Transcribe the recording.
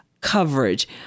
coverage